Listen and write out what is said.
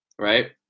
right